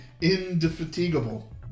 Indefatigable